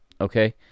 okay